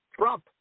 Trump